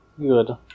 Good